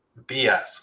bs